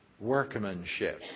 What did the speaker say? workmanship